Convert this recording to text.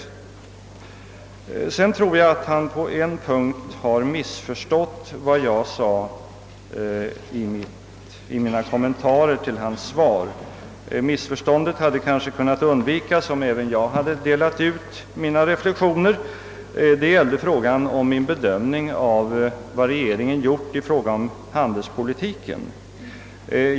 På en punkt tror jag att statsministern missförstod vad jag sade i mina kommentarer till hans svar. Detta hade kanske kunnat undvikas om även jag i förväg hade delat ut mina reflexioner. Det gällde min bedömning av vad regeringen gjort i fråga om handelspolitiken.